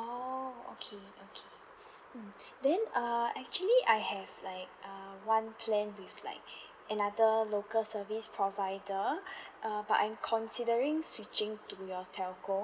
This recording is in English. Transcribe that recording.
orh okay okay mm then ah actually I have like uh one plan with like another local service provider uh but I'm considering switching to your telco